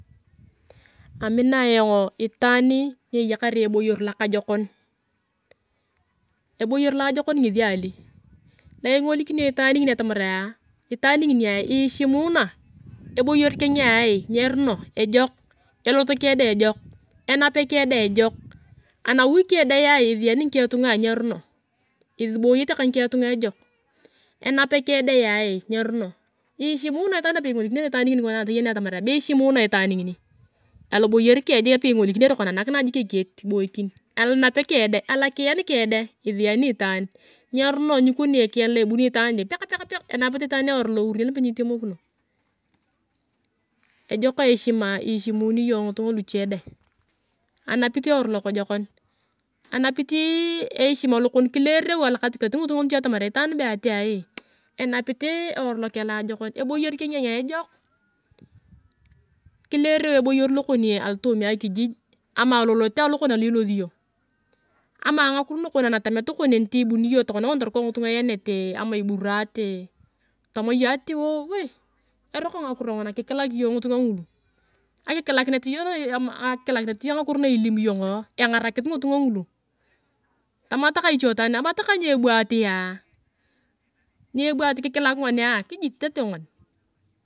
Amina ayong itaani ni eyakar eboyer lokajokon. eboyer loajokon ngesi ali? Io ingolikinio itaan ngini atamaraa itaan nginia ieshimuna, eboyer kongea ngeruno ejok. elote keng deng ejok, enape keng deng ejok, anawi keng dea isiyanii ngikeng tunga ngeruno ejok, ishimuna itaan napei ingolikinere itaan nginia konaa, toyanae atamar be ishimuna itaan ngini. a loboyer keng jik nabei ingolikiner kona nakinae jik ekitet kiboikin, alonape keng deng, alokiyan keng deng isyaani itaan, nyeruno nikoni ekiyan lo ebuni itaan jik, peak! Peak! Peak! Enapit itaan eworu lourien lope nyitemokinio. Ejok eishima ishimuni iyong ngitunga luche deng, anapit eworo lokojokon. anapitii eishima lokon kilereu alokatikati ngitunga luche atamarea itaan be atia erapit eworu lokeng niajekon, eboyer keng dengee ejok. kilereu eboyer lokon alotooma akijij ama alolote alokon alo ilosi iyong. ama ngakiro nakon anatamet anakon niti ibuni iyong torukou ngitunga iyanete ama iburate tama iyong ati woou, eroko ngakiro nguna. kikilak iyong ngitunguu ngulu. Akikilakinet iyonga ngakiro na ilium iyong engarakis ngitunga ngulu, tama takae iche tanea kara takak nyiebu atiaa, nyiebu ati kikilak ngonia kijit tete ngon.